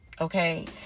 Okay